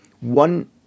One